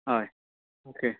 हय ओके